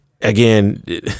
again